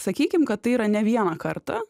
sakykim kad tai yra ne vieną kartą